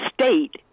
state